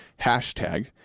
hashtag